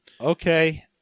okay